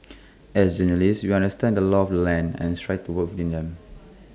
as journalists we understand the laws of the land and strive to work within them